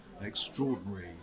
extraordinary